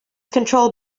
controlled